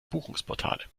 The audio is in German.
buchungsportale